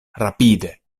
rapide